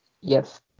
Yes